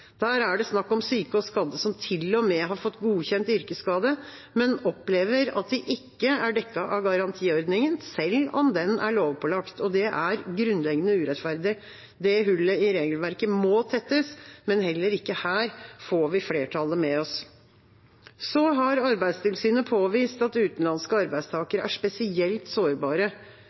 Der er det snakk om syke og skadde som til og med har fått godkjent yrkesskade, men opplever at de ikke er dekket av garantiordningen selv om den er lovpålagt, og det er grunnleggende urettferdig. Det hullet i regelverket må tettes, men heller ikke her får vi flertallet med oss. Arbeidstilsynet har påvist at utenlandske arbeidstakere er spesielt sårbare,